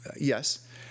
Yes